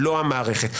לא המערכת.